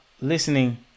listening